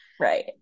Right